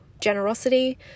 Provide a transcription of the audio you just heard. generosity